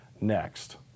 next